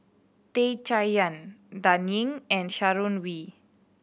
Tan Chay Yan Dan Ying and Sharon Wee